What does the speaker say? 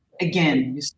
again